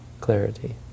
clarity